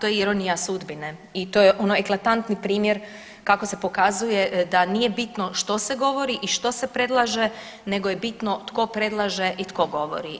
Da, to je ironije sudbine i to je ono eklatantni primjer kako se pokazuje da nije bitno što se govori i što se predlaže nego je bitno tko predlaže i tko govori.